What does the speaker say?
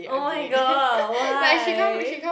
oh my god why